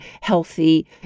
healthy